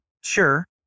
sure